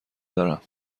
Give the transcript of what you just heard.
دارم